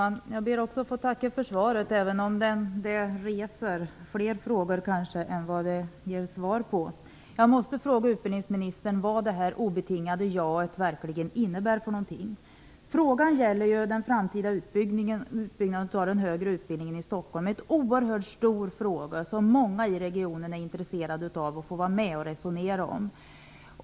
Herr talman! Jag ber att få tacka för svaret på frågan, även om det kanske reser fler frågor än det ger svar. Jag måste fråga utbildningsministern vad det obetingade jaet innebär. Frågan gäller ju den framtida utbyggnaden av den högre utbildningen i Stockholm, en oerhört stor fråga, som många i regionen är intresserade av att få vara med och resonera om.